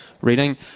reading